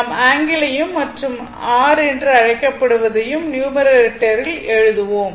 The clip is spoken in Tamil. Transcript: நாம் ஆங்கிளையும் மற்றும் r என்று அழைக்கப்படுவதையும் நியுமரேட்டரில் எழுதுவோம்